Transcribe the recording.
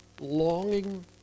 longing